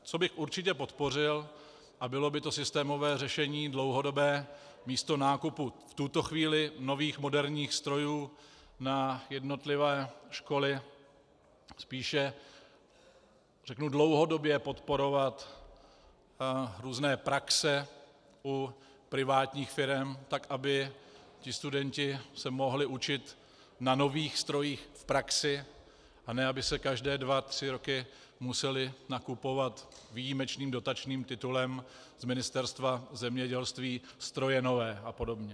Co bych určitě podpořil, a bylo by to systémové řešení dlouhodobé, místo nákupu v tuto chvíli nových moderních strojů na jednotlivé školy spíše dlouhodobě podporovat různé praxe u privátních firem, tak aby se studenti mohli učit na nových strojích v praxi, a ne aby se každé dva tři roky musely nakupovat výjimečným dotačním titulem z Ministerstva zemědělství stroje nové a podobně.